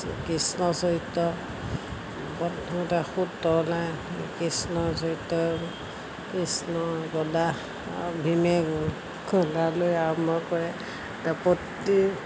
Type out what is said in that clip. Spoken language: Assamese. কৃষ্ণ চৰিত্ৰ প্ৰথমতে সূত তলাই কৃষ্ণ চৰিত্ৰ কৃষ্ণ গদা ভীমে গদা লৈ আৰম্ভ কৰে প্ৰতি